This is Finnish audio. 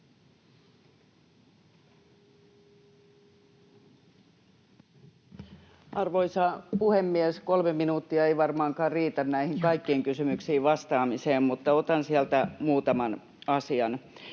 Arvoisa puhemies! Kolme minuuttia ei varmaankaan riitä näihin kaikkiin kysymyksiin vastaamiseen, mutta otan sieltä muutaman asian.